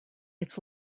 its